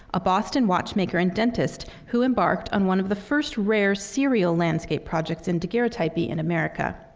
a boston watchmaker and dentist, who embarked on one of the first rare serial landscape projects in daguerreotyping in america.